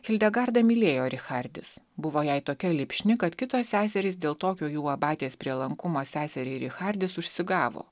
hildegarda mylėjo richardis buvo jai tokia lipšni kad kitos seserys dėl tokio jų abatės prielankumo seseriai richardis užsigavo